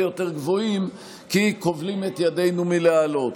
יותר גבוהים כי כובלים את ידינו מלהעלות.